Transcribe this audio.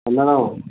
madam